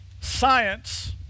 science